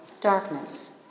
darkness